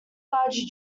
large